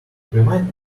remind